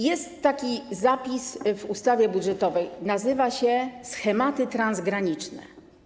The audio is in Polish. Jest taki zapis w ustawie budżetowej, który nazywa się: schematy transgraniczne.